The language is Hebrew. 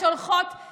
וגם לא להגיע?